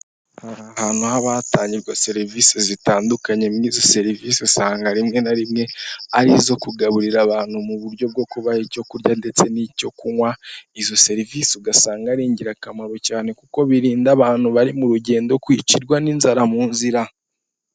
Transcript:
Hari ahantu haba hatangirwa serivisi zitandukanye nk'izo serivisi usanga rimwe na rimwe ari izo kugaburira abantu mu buryo bwo kuba icyo kurya ndetse n'icyo kunywa, izo serivisi ugasanga ari ingirakamaro cyane kuko birinda abantu bari mu rugendo kwicirwa n'inzara mu nzira.